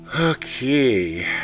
Okay